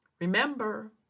Remember